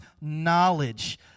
knowledge